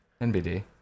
NBD